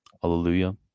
hallelujah